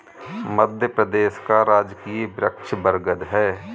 मध्य प्रदेश का राजकीय वृक्ष बरगद है